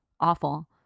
awful